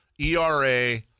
ERA